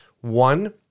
One